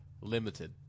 Limited